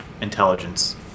intelligence